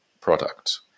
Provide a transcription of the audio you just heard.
product